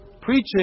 preaching